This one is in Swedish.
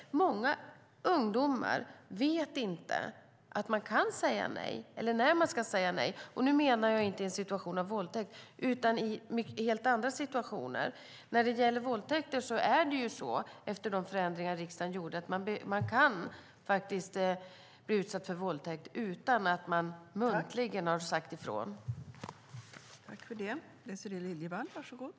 Många ungdomar vet inte att man kan säga nej eller när man ska säga nej. Nu menar jag inte i en situation av våldtäkt utan i helt andra situationer. När det gäller våldtäkt kan man, efter de förändringar som riksdagen gjorde, anses ha blivit utsatt för våldtäkt utan att man muntligen har sagt ifrån.